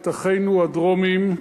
את אחינו הדרומיים,